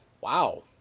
wow